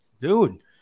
dude